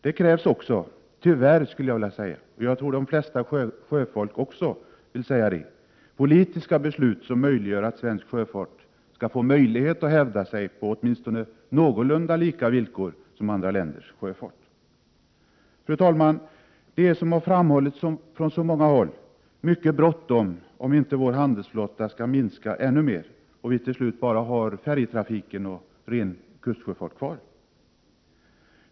Det krävs också — tyvärr, skulle jag och jag tror de flesta sjöfolk också vilja säga — politiska beslut som möjliggör att svensk sjöfart får möjlighet att hävda sig på åtminstone någorlunda lika villkor som andra länders sjöfart. Fru talman! Det är, som har framhållits från så många håll, mycket bråttom om inte vår handelsflotta skall minska ännu mer och vi till slut bara skall ha färjetrafiken och den rena kustsjöfarten kvar.